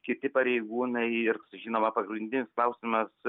kiti pareigūnai ir žinoma pagrindinis klausimas